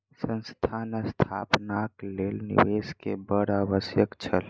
संस्थान स्थापनाक लेल निवेश के बड़ आवश्यक छल